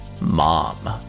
Mom